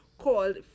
called